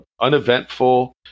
uneventful